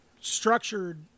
structured